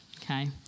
okay